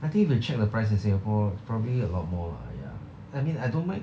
I think if you check the price in singapore probably a lot more lah ya I mean I don't mind